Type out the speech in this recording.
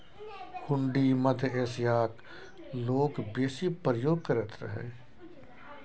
हुंडी मध्य एशियाक लोक बेसी प्रयोग करैत रहय